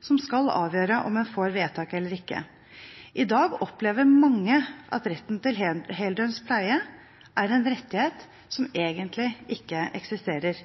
som skal avgjøre om en får vedtak eller ikke. I dag opplever mange at retten til heldøgns pleie er en rettighet som egentlig ikke eksisterer.